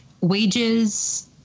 wages